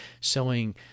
selling